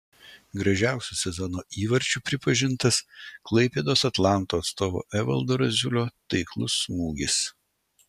gražiausiu sezono įvarčiu pripažintas klaipėdos atlanto atstovo evaldo raziulio taiklus smūgis